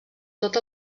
tot